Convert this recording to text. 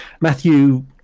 Matthew